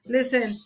Listen